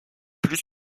plus